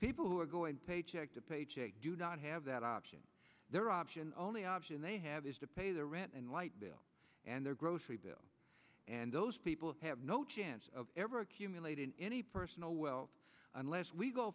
people who are going paycheck to paycheck do not have that option their option only option they have is to pay their rent and light bill and their grocery bill and those people have no chance of ever accumulating any personal well unless we go